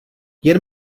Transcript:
jen